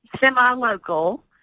semi-local